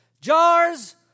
jars